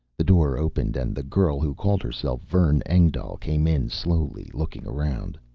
the door opened and the girl who called herself vern engdahl came in slowly, looking around.